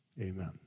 amen